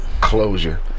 Closure